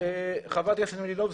חברת הכנסת מלינובסקי,